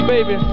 Baby